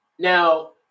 Now